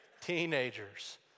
Teenagers